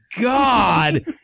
God